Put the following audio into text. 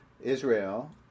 Israel